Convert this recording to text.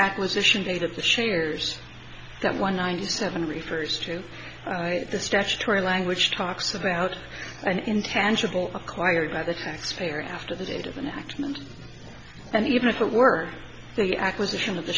acquisition date of the shares that one ninety seven refers to the statutory language talks about an intangible acquired by the taxpayer after the date of an act and even if it were the acquisition of the